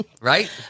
Right